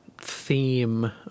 theme